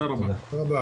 הישיבה ננעלה בשעה